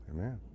Amen